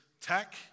tech